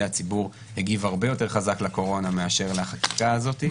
הציבור הגיב הרבה יותר חזק לקורונה מאשר לחקיקה הזאת.